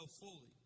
fully